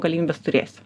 galimybes turėsiu